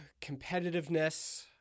competitiveness